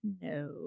No